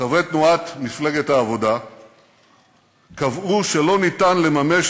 חברי תנועת מפלגת העבודה קבעו שלא ניתן לממש